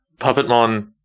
Puppetmon